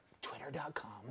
Twitter.com